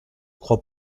crois